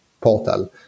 portal